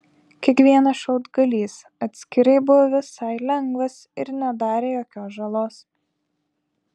kiekvienas šiaudgalys atskirai buvo visai lengvas ir nedarė jokios žalos